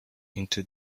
into